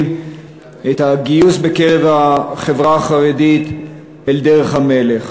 את הגיוס בקרב החברה החרדית אל דרך המלך,